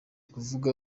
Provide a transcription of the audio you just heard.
kuvuga